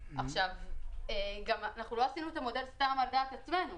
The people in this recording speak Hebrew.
ואנחנו לא עשינו את המודל סתם על דעת עצמנו,